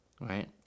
right